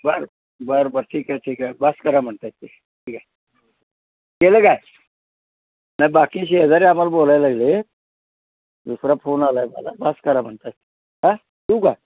बरं बरं बरं ठीक आहे ठीक आहे बस करा म्हणताय ते ठीक आहे केले काय नाही बाकी शेजारी आम्हाला बोलाय लागले दुसरा फोन आला आहे मला बस करा म्हणताय हां ठेवू का